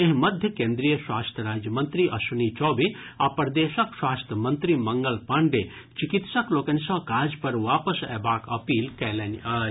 एहि मध्य केन्द्रीय स्वास्थ्य राज्यमंत्री अश्वनी चौबे आ प्रदेशक स्वास्थ्य मंत्री मंगल पांडे चिकित्सक लोकनि सँ काज पर वापस अयबाक अपील कयलनि अछि